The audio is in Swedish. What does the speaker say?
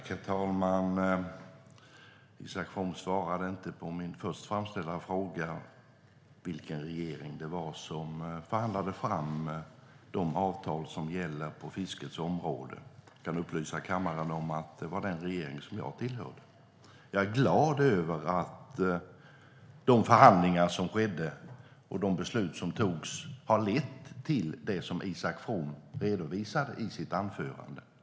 Herr talman! Isak From svarade inte på min först framställda fråga om vilken regering det var som förhandlade fram de avtal som gäller på fiskets område. Jag kan upplysa kammaren om att det var den regering som jag tillhörde. Jag är glad över att de förhandlingar som skedde och de beslut som togs har lett till det som Isak From redovisade i sitt anförande.